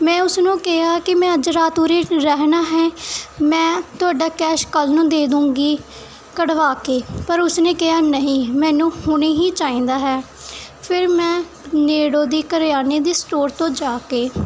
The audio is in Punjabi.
ਮੈਂ ਉਸ ਨੂੰ ਕਿਹਾ ਕਿ ਮੈਂ ਅੱਜ ਰਾਤ ਉਰੇ ਰਹਿਣਾ ਹੈ ਮੈਂ ਤੁਹਾਡਾ ਕੈਸ਼ ਕੱਲ੍ਹ ਨੂੰ ਦੇ ਦਊਗੀ ਕਢਵਾ ਕੇ ਪਰ ਉਸਨੇ ਕਿਹਾ ਨਹੀਂ ਮੈਨੂੰ ਹੁਣੇ ਹੀ ਚਾਹੀਦਾ ਹੈ ਫਿਰ ਮੈਂ ਨੇੜਿਓਂ ਦੀ ਕਰਿਆਨੇ ਦੇ ਸਟੋਰ ਤੋਂ ਜਾ ਕੇ